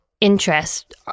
interest